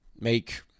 make